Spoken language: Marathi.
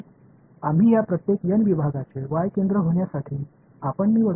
आम्ही या प्रत्येक n विभागांचे y केंद्र होण्यासाठी आपण निवडतो